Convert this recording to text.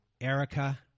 Erica